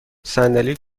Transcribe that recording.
صندلی